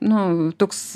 nu toks